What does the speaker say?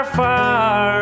far